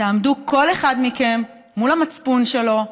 תעמדו כל אחד מכם מול המצפון שלו,